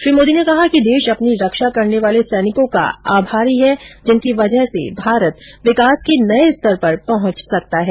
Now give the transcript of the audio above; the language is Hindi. श्री मोदी ने कहा कि देश अपनी रक्षा करने वाले सैनिकों का आभारी हैं जिनकी वजह से भारत विकास के नए स्तर पर पहुंच सकता है